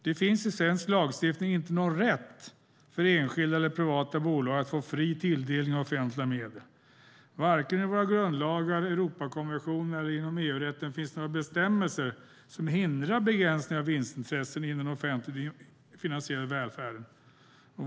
Det finns i svensk lagstiftning ingen rätt för enskilda eller privata bolag att få fri tilldelning av offentliga medel. Varken i våra grundlagar, i Europakonventionen eller inom EU-rätten finns några bestämmelser som hindrar begränsningar av vinstintressen inom den offentligt finansierade välfärden.